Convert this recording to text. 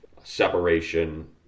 separation